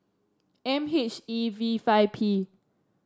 M H E V five P